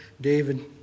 David